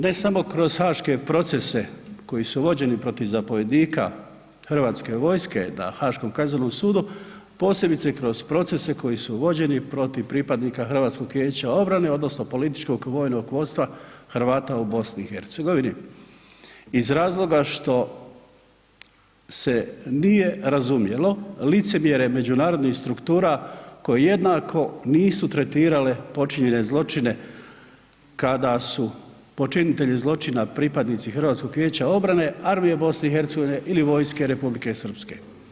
Ne samo kroz haške procese koji su vođeni protiv zapovjednika Hrvatske vojske na Haškom kaznenom sudu posebice kroz procese koji su vođeni protiv pripadnika Hrvatskog vijeća obrane odnosno političkog vojnog vodstva Hrvata u Bosni i Hercegovini iz razloga što se nije razumjelo licemjere međunarodnih struktura koji jednako nisu tretirale počinjene zločine kada su počinitelji zločina pripadnici Hrvatskog vijeća obrane, Armije Bosne i Hercegovine ili vojske Republike Srpske.